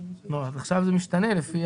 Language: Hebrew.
היה כתוב "לפי